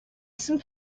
some